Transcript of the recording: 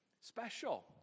special